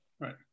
Right